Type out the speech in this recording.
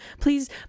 please